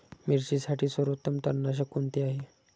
मिरचीसाठी सर्वोत्तम तणनाशक कोणते आहे?